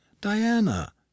Diana